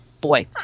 boy